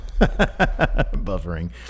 Buffering